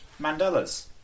Mandelas